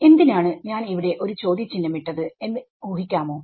എന്തിനാണ് ഞാൻ ഇവിടെ ഒരു ചോദ്യചിഹ്നം ഇട്ടത് എന്ന് ഊഹിക്കാമോ